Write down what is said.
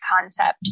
concept